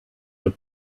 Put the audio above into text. for